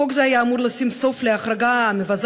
חוק זה היה אמור לשים סוף להחרגה המבזה